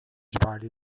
barely